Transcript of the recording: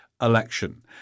election